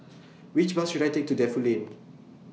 Which Bus should I Take to Defu Lane